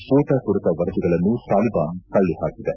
ಸ್ಫೋಟ ಕುರಿತ ವರದಿಗಳನ್ನು ತಾಲಿಬಾನ್ ತಳ್ಳ ಹಾಕಿದೆ